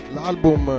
L'album